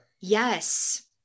Yes